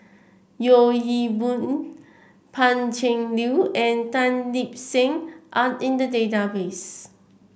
Yeo Hwee Bin Pan Cheng Lui and Tan Lip Seng are in the database